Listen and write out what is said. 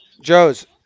Joe's